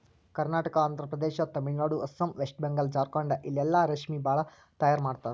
Karnataka, Andhra Pradesh, Tamil Nadu, Assam, West Bengal, Jharkhand ಇಲ್ಲೆಲ್ಲಾ ರೇಶ್ಮಿ ಭಾಳ್ ತೈಯಾರ್ ಮಾಡ್ತರ್